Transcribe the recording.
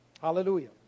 Hallelujah